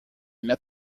met